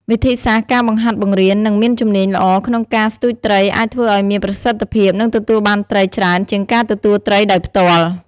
វិធីសាស្រ្ត ការបង្ហាត់បង្រៀន និងមានជំនាញល្អក្នុងការស្ទូចត្រីអាចធ្វើឲ្យមានប្រសិទ្ធភាព និងទទួលបានត្រីច្រើនជាងការទទួលត្រីដោយផ្ទាល់។